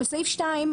בסעיף 2,